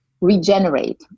regenerate